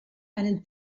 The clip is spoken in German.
einen